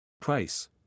Price